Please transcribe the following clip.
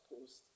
post